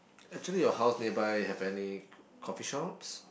actually your house nearby have any coffee shops